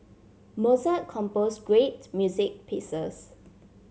Mozart compose great music pieces